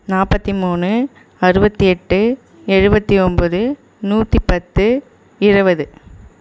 நாற்பத்தி மூணு அறுபத்தி எட்டு எழுபத்தி ஒம்பது நூற்றி பத்து இருபது